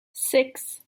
six